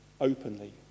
openly